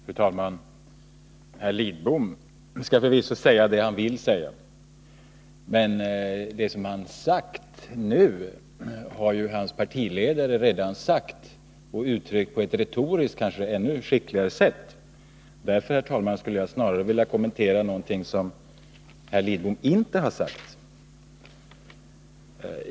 Fru talman! Herr Lidbom skall förvisso säga det han vill säga. Men det han anförde nu har ju hans partiledare redan sagt, och han uttryckte det på ett retoriskt kanske ännu skickligare sätt. Därför, fru talman, skulle jag snarare vilja kommentera någonting som herr Lidbom inte har sagt.